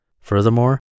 Furthermore